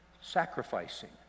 Sacrificing